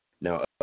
Now